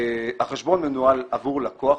החשבון מנוהל עבור לקוח,